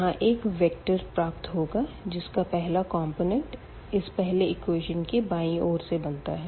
यहाँ एक वेक्टर प्राप्त होगा जिसका पहला कॉम्पोनेंट इस पहले इक्वेशन की बायीं ओर से बनता है